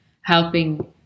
helping